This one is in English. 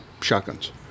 shotguns